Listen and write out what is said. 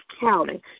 county